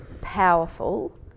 powerful